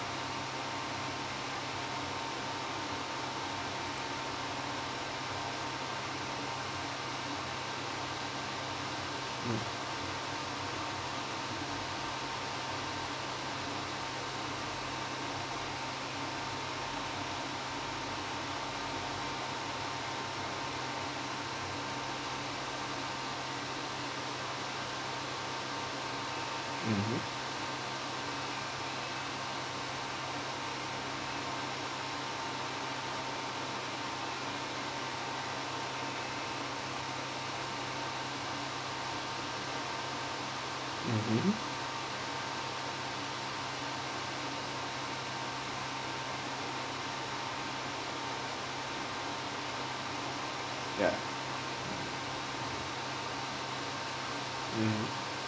mmhmm mmhmm ya um